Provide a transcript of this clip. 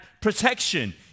protection